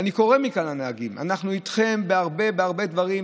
ואני קורא מכאן לנהגים: אנחנו איתכם בהרבה הרבה דברים,